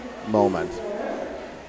moment